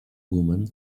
woman